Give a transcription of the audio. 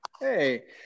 Hey